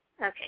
Okay